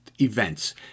events